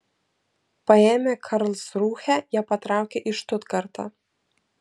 paėmę karlsrūhę jie patraukė į štutgartą